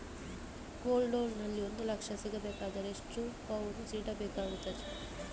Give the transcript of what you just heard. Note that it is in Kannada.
ಗೋಲ್ಡ್ ಲೋನ್ ನಲ್ಲಿ ಒಂದು ಲಕ್ಷ ಸಿಗಬೇಕಾದರೆ ಎಷ್ಟು ಪೌನು ಇಡಬೇಕಾಗುತ್ತದೆ?